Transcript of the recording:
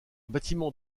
bâtiment